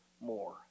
more